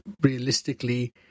realistically